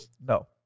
No